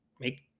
make